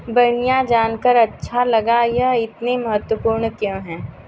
बढ़िया जानकर अच्छा लगा यह इतने महत्वपूर्ण क्यों हैं